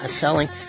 selling